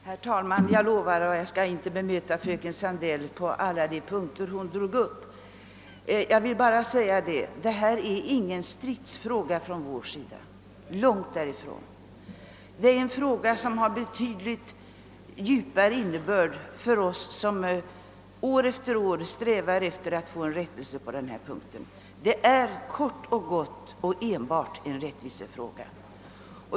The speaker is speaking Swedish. Herr talman! Jag lovar att jag inte skall bemöta fröken Sandell på alla de punkter hon drog upp. Jag skall bara säga att detta är ingen stridsfråga från vår sida — långt därifrån. Det är en fråga som har betydligt djupare innebörd för oss som år efter år strävar efter att få en rättelse på denna punkt. Det är kort och gott enbart en rättvisefråga.